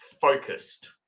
focused